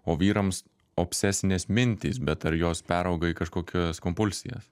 o vyrams obsesinės mintys bet ar jos perauga į kažkokias kompulsijas